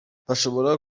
bashobora